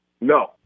No